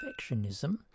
perfectionism